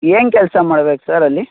ಏನು ಕೆಲಸ ಮಾಡ್ಬೇಕು ಸರ್ ಅಲ್ಲಿ